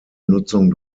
nutzung